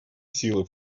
силы